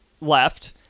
left